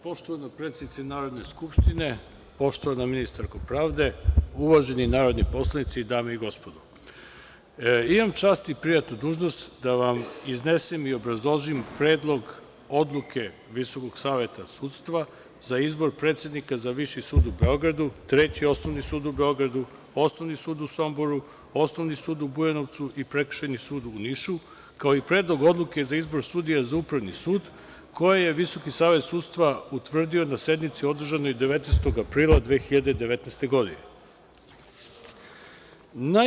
Poštovana predsednice Narodne skupštine, poštovana ministarko pravde, uvaženi narodni poslanici, dame i gospodo, imam čast i prijatnu dužnost da vam iznesem i obrazložim Predlog odluke Visokog saveta sudstva za izbor predsednika za Viši sud u Beogradu, Treći osnovni sud u Beogradu, Osnovni sud u Somboru, Osnovni sud u Bujanovcu i Prekršajni sud u Nišu, kao i predlog odluke za izbor sudija za Upravni sud, koje je Visoki savet sudstva utvrdio na sednici održanoj 19. aprila 2019. godine.